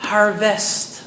Harvest